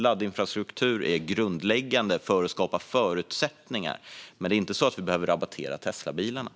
Laddinfrastruktur är grundläggande för att skapa förutsättningar, men vi behöver inte rabattera Teslabilar.